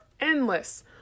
endless